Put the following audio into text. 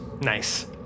Nice